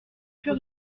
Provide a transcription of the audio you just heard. plus